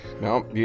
No